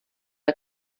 der